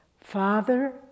Father